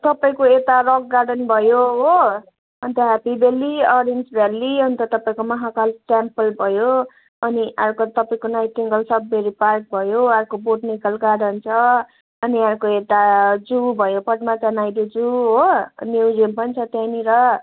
तपाईँको यता rock garden भयो हो and happy valley orange valley and तपाईँको महाकाल टेम्पल भयो अनि अर्को तपाईँको नाइटेङ्गल स्रबेरी पार्क भयो अर्को बोटनिकल गार्डन छ अनि अर्को एउटा जू भयो पद्मादा नाइडू जू हो अनि म्युजियम पनि छ त्यहीँनिर